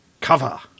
cover